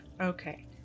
Okay